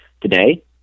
today